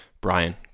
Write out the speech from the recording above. Brian